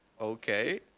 okay